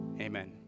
Amen